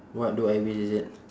what do I wish is it